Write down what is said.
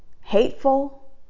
hateful